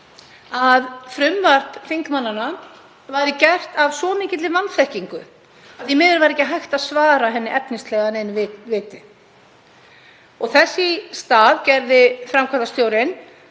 að frumvarp þingmannanna væri gert af svo mikilli vanþekkingu að því miður væri ekki hægt að svara því efnislega af neinu viti. Þess í stað sagði framkvæmdastjórinn